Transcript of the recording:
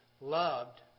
loved